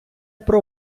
про